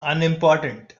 unimportant